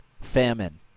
famine